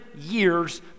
years